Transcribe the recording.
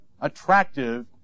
attractive